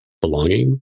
belonging